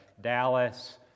Dallas